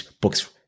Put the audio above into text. books